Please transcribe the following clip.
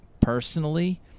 Personally